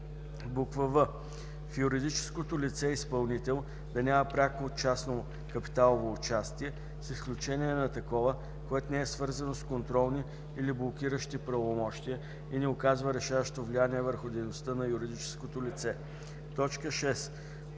в) в юридическото лице - изпълнител, да няма пряко частно капиталово участие, с изключение на такова, което не е свързано с контролни или блокиращи правомощия и не оказва решаващо влияние върху дейността на юридическото лице; 6.